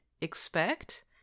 expect